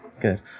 good